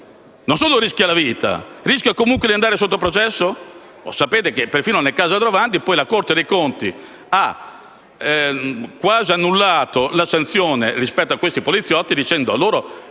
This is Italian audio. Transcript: Non solo rischia la vita, ma rischia comunque di andare sotto processo? Sapete che persino nel caso Aldrovandi la Corte dei conti ha quasi annullato la sanzione rispetto a quei poliziotti dicendo che